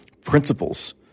principles